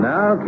Now